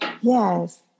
Yes